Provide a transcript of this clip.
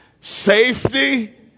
Safety